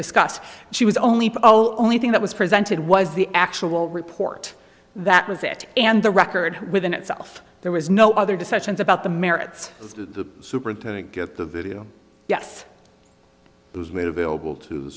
discuss she was only poll only thing that was presented was the actual report that was it and the record within itself there was no other discussions about the merits of the superintendent get the video yes it was made available to